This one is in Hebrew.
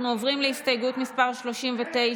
אנחנו עוברים להסתייגות מס' 39,